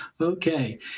Okay